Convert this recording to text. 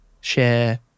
share